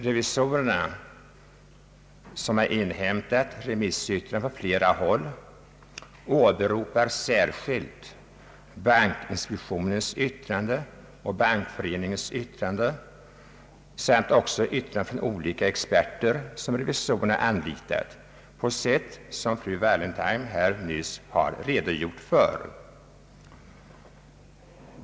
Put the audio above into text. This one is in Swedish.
Revisorerna, som har inhämtat remissyttranden från flera håll, åberopar särskilt bankinspektionens och Svenska bankföreningens yttranden samt yttranden från olika experter som revisorerna anlitat, på sätt fru Wallentheim här har redogjort för.